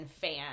fan